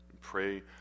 Pray